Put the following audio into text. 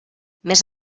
més